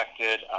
affected